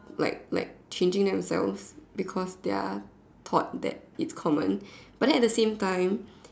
like like changing them with veils because they are taught that it's common but then at the same time